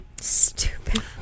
Stupid